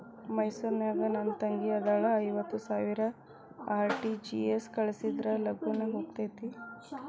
ಮೈಸೂರ್ ನಾಗ ನನ್ ತಂಗಿ ಅದಾಳ ಐವತ್ ಸಾವಿರ ಆರ್.ಟಿ.ಜಿ.ಎಸ್ ಕಳ್ಸಿದ್ರಾ ಲಗೂನ ಹೋಗತೈತ?